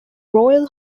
royal